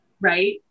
Right